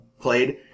played